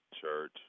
church